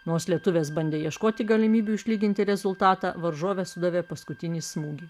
nors lietuvės bandė ieškoti galimybių išlyginti rezultatą varžovė sudavė paskutinį smūgį